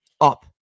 up